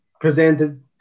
presented